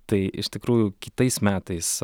tai iš tikrųjų kitais metais